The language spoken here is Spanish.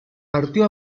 partió